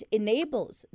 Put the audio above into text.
enables